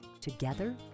Together